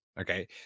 Okay